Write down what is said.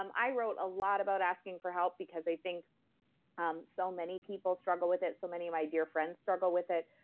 um i wrote a lot about asking for help because i think um so many people struggle with it, so many of my dear friends struggle with it.